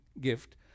gift